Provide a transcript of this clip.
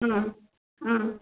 ம் ம்